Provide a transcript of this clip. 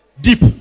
deep